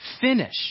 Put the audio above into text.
finish